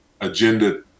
agenda